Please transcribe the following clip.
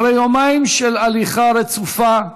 אחרי יומיים של הליכה רצופה,